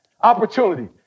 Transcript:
opportunity